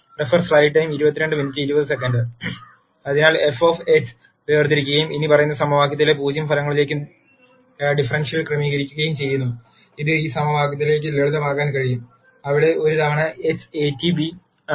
അതിനാൽ f വേർതിരിക്കുകയും ഇനിപ്പറയുന്ന സമവാക്യത്തിലെ 0 ഫലങ്ങളിലേക്ക് ഡിഫറൻഷ്യൽ ക്രമീകരിക്കുകയും ചെയ്യുന്നു ഇത് ഈ സമവാക്യത്തിലേക്ക് ലളിതമാക്കാൻ കഴിയും അവിടെ ഒരു തവണ x AT b ആണ്